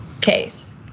case